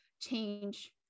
change